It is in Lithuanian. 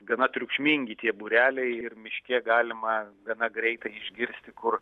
gana triukšmingi tie būreliai ir miške galima gana greitai išgirsti kur